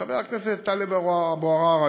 חבר הכנסת טלב אבו עראר,